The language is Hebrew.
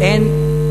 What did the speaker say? אין.